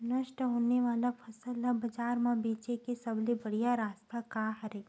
नष्ट होने वाला फसल ला बाजार मा बेचे के सबले बढ़िया रास्ता का हरे?